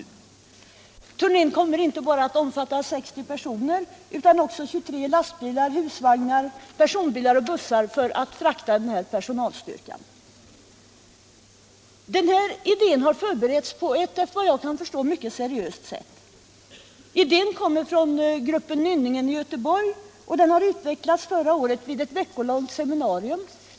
Med på turnén är inte bara dessa 60 personer, utan där ingår också 23 lastbilar, husvagnar, per Denna idé har förberetts på ett, efter vad jag kan förstå, mycket seriöst sätt. Den kommer från gruppen Nynningen i Göteborg och utvecklades förra året vid ett veckolångt seminarium.